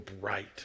bright